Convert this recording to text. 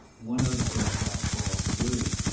one other thing about charles lee